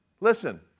Listen